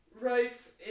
Right